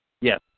Yes